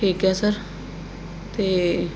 ਠੀਕ ਹੈ ਸਰ ਅਤੇ